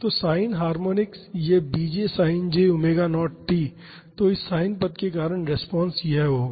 तो sine harmonics यह bj sinj omega naught t तो इस साइन पद के कारण रिस्पांस यह होगा